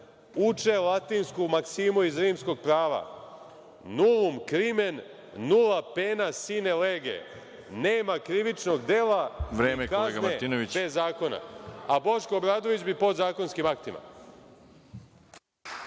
uče latinsku maksimu iz rimskog prava - nullum crimen nula pena sine lege, nema krivičnog dela i kazne bez zakona, a Boško Obradović bi podzakonskim aktima.